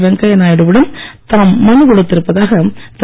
வெங்கையா நாயுடு விடம் தாம் மனு கொடுத்திருப்பதாக திரு